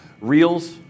Reels